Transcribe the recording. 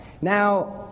now